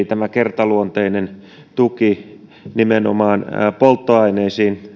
tämä kertaluonteinen tuki nimenomaan polttoaineisiin